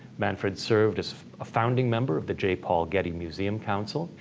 manfred served as a founding member of the j. paul getty museum council.